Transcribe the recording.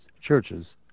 churches